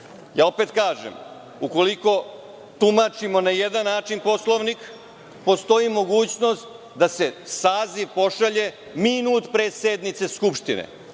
opet kažem, ukoliko tumačimo na jedan način Poslovnik, postoji mogućnost da se saziv pošalje minut pre sednice Skupštine.